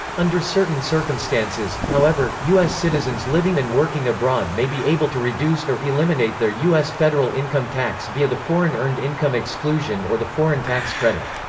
under certain circumstances, however, u s. citizens living and working abroad may be able to reduce or eliminate their u s. federal income tax via the foreign earned income exclusion or the foreign tax credit.